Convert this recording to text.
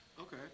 Okay